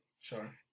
Sure